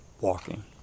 walking